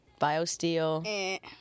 Biosteel